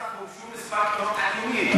חודשים לפני הרצח הוגשו מספר תלונות על איומים,